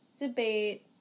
debate